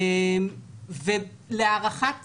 להערכת